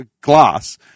glass